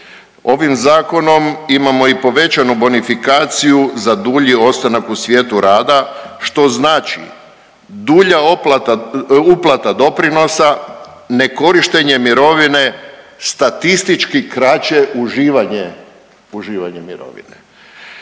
Ovim zakonom imamo i povećanu bonifikaciju za dulji ostanak u svijetu rada što znači dulja uplata doprinosa, nekorištenje mirovine, statistički kraće uživanje mirovine.